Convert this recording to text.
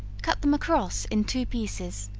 cut them across in two pieces,